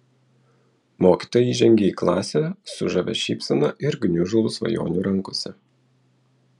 mokytoja įžengė į klasę su žavia šypsena ir gniužulu svajonių rankose